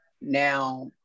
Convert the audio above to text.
now